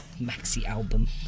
Maxi-album